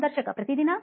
ಸಂದರ್ಶಕ ಪ್ರತಿ ದಿನ